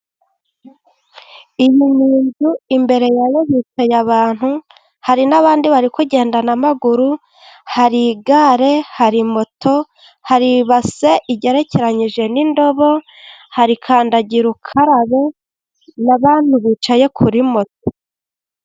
Iyi ni inzu imbere yayo hicaye abantu, hari n'abandi bari kugenda n'amaguru hari igare , hari moto , hari ibase igerekeranyije n'indobo , hari kandagirukarabe n'abandi bicaye kuri moto.